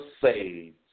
saved